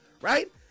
right